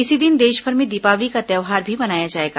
इसी दिन देशभर में दीपावली का त्यौहार भी मनाया जायेगा